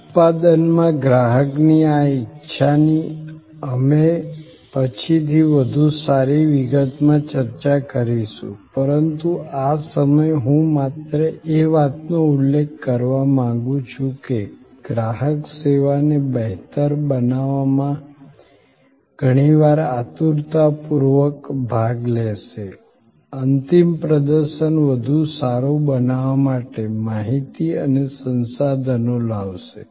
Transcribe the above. ઉત્પાદનમાં ગ્રાહકની આ ઈચ્છાની અમે પછીથી વધુ સારી વિગતમાં ચર્ચા કરીશું પરંતુ આ સમયે હું માત્ર એ વાતનો ઉલ્લેખ કરવા માંગુ છું કે ગ્રાહક સેવાને બહેતર બનાવવામાં ઘણી વાર આતુરતાપૂર્વક ભાગ લેશે અંતિમ પ્રદર્શન વધુ સારું બનાવવા માટે માહિતી અને સંસાધનો લાવશે